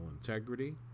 integrity